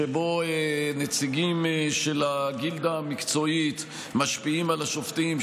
שבו נציגים של הגילדה המקצועית משפיעים על השופטים,